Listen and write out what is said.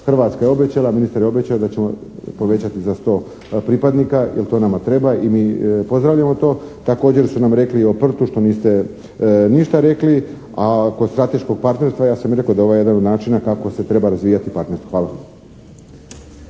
Hrvatska je obećala, ministar je obećao da ćemo povećati za 100 pripadnika jer to nama treba i mi pozdravljamo to. Također su nam rekli i o «Prtu» što niste ništa rekli, a kod strateškog partnerstva ja sam i rekao da je ovo jedan od načina kako se treba razvijati partnerstvo. Hvala.